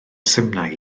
simnai